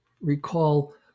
Recall